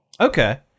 okay